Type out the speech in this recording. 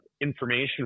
information